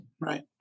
Right